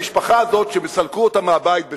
המשפחה הזאת שסילקו אותה מהבית בשיח'-ג'ראח,